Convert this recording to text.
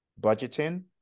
budgeting